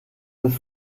bis